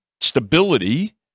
stability